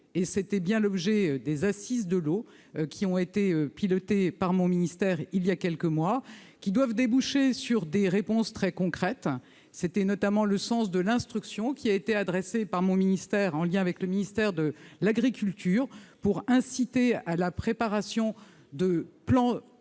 était bien l'objet des Assises de l'eau pilotées, voilà quelques mois, par mon ministère. Elles doivent déboucher sur des réponses très concrètes. C'était notamment le sens de l'instruction qui a été adressée par mon ministère, en lien avec le ministère de l'agriculture, pour inciter à la préparation de programmes